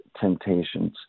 temptations